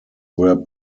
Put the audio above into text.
were